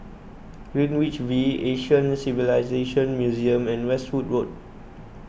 Greenwich V Asian Civilisations Museum and Westwood Road